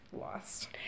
lost